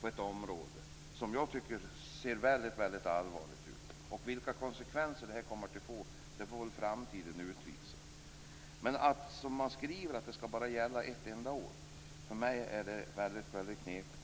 på ett område, och jag tycker att det ser väldigt allvarligt ut. Vilka konsekvenser det här kommer att få får väl framtiden utvisa. Men att det, som man skriver, bara skall gälla ett enda år, är för mig väldigt knepigt.